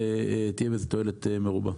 ותהיה בזה תועלת מרובה.